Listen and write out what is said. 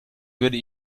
würde